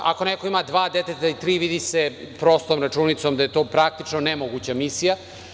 Ako neko ima dvoje ili troje dece, vidi se prostom računicom, to je praktično nemoguća misija.